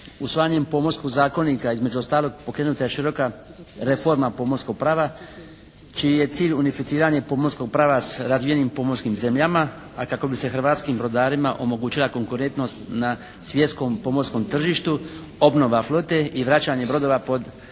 Usvajanjem Pomorskog zakonika između starog pokrenuta je široka reforma pomorskog prava čiji je cilj unificiranje pomorskog prava za razvijenim pomorskim zemljama, a kako bi se hrvatskim brodarima omogućila konkurentnost na svjetskom pomorskom tržištu obnova flote i vraćanje brodova pod hrvatsku